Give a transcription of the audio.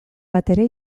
batere